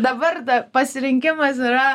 dabar pasirinkimas yra